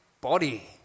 body